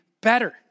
better